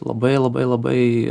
labai labai labai